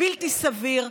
בלתי סביר,